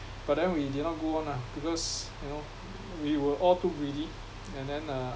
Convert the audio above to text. but then we did not go on lah because you know we were all too greedy and then uh